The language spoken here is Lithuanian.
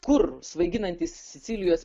kur svaiginantys sicilijos